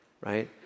right